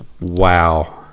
Wow